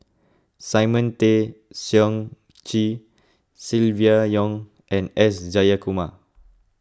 Simon Tay Seong Chee Silvia Yong and S Jayakumar